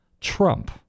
Trump